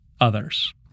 others